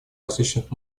различных